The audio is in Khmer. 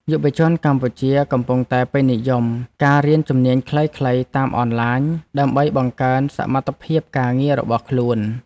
យុវជនកម្ពុជាកំពុងតែពេញនិយមការរៀនជំនាញខ្លីៗតាមអនឡាញ ដើម្បីបង្កើនសមត្ថភាពការងាររបស់ខ្លួន។